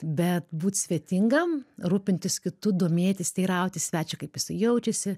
bet būt svetingam rūpintis kitu domėtis teirautis svečio kaip jisai jaučiasi